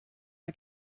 our